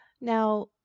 Now